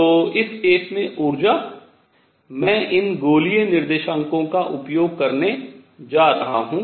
तो इस केस में ऊर्जा मैं इन गोलीय निर्देशांकों का उपयोग करने जा रहा हूँ